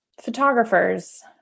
photographers